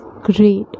great